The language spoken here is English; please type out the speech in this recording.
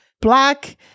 black